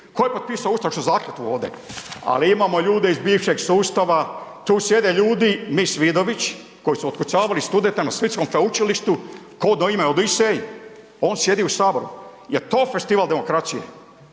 Ko je potpisao ustašku zakletvu ovde? Ali imamo ljude iz bivšeg sustava, tu sjede ljudi mis Vidović koji su otkucavali studenta na splitskom sveučilištu kodno ime Odisej, on sjedi u saboru. Jel to festival demokracije?